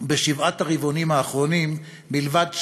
בשבעת הרבעונים האחרונים, מלבד שניים,